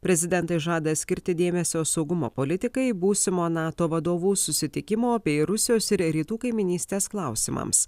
prezidentai žada skirti dėmesio saugumo politikai būsimo nato vadovų susitikimo bei rusijos ir rytų kaimynystės klausimams